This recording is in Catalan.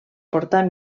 portar